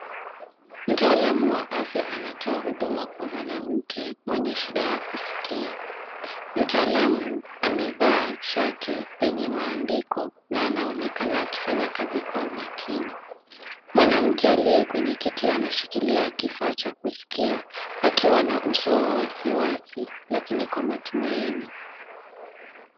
Mtaalamu wa afya anatoa huduma kwa mwanamke mwenye shida ya kusikia. Mtaalamu amevaa shati yenye maandiko na anaonekana akifanya kazi kwa umakini. Mwanamke aliye kwenye kiti anashikilia kifaa cha kusikia akiwa na uso wa wasiwasi lakini kwa matumaini.